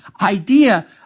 idea